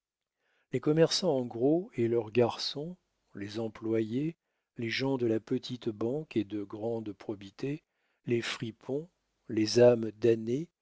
les commerçants en gros et leurs garçons les employés les gens de la petite banque et de grande probité les fripons les âmes damnées